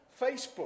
Facebook